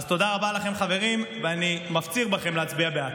תודה רבה לכם, חברים, ואני מפציר בכם להצביע בעד.